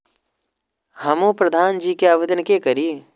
हमू प्रधान जी के आवेदन के करी?